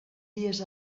dies